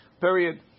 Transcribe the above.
Period